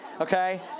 Okay